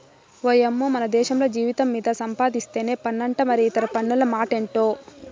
ఓయమ్మో మనదేశంల జీతం మీద సంపాధిస్తేనే పన్నంట మరి ఇతర పన్నుల మాటెంటో